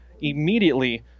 immediately